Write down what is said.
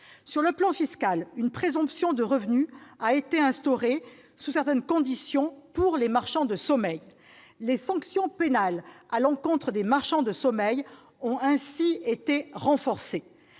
Sur le plan fiscal, une présomption de revenu a été instaurée sous certaines conditions pour les marchands de sommeil. Les sanctions pénales à l'encontre des marchands de sommeil ont ainsi été renforcées.